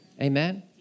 Amen